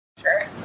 Sure